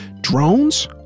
Drones